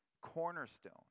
Cornerstone